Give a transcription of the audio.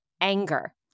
anger